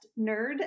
nerd